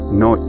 no